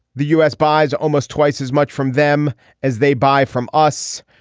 the u s. buys almost twice as much from them as they buy from us.